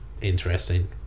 interesting